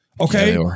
Okay